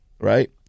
right